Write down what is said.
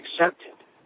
accepted